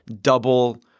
double